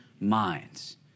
minds